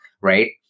right